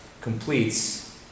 completes